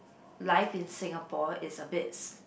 life in Singapore is a bit